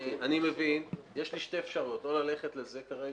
יש לי שתי אפשרויות או ללכת על זה כרגע,